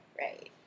Right